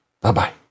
Bye-bye